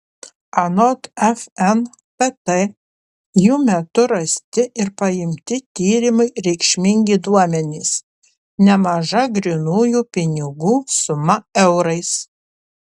anot fntt jų metu rasti ir paimti tyrimui reikšmingi duomenys nemaža grynųjų pinigų suma eurais